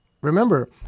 remember